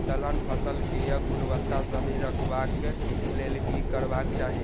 दलहन फसल केय गुणवत्ता सही रखवाक लेल की करबाक चाहि?